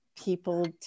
people